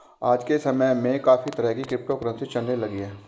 आज के समय में काफी तरह की क्रिप्टो करंसी चलने लगी है